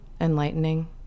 enlightening